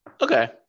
Okay